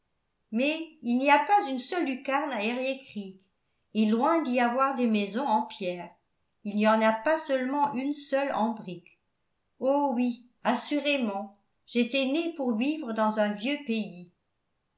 mais il n'y a pas une seule lucarne à eriécreek et loin d'y avoir des maisons en pierre il n'y en a pas seulement une seule en brique oh oui assurément j'étais née pour vivre dans un vieux pays